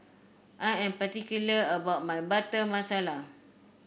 I am particular about my Butter Masala